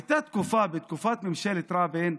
הייתה תקופה, בתקופת ממשלת רבין,